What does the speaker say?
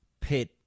pit